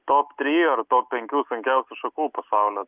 top trijų arba top penkių sunkiausių šakų pasaulio